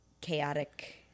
chaotic